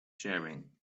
sharing